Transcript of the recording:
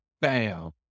Bam